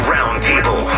Roundtable